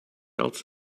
else